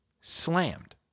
Slammed